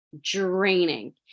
draining